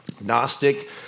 Gnostic